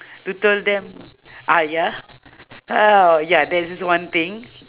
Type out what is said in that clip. to tell them ah ya uh ya there's this one thing